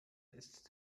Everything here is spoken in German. ist